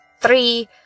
three